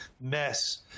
mess